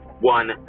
one